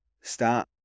start